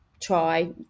try